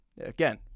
Again